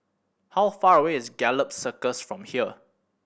how far away is Gallop Circus from here